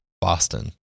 Boston